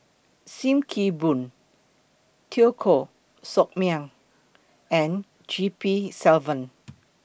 SIM Kee Boon Teo Koh Sock Miang and G P Selvam